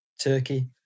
Turkey